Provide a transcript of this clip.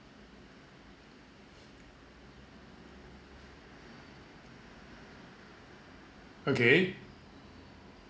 okay